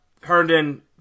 Herndon